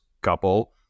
couple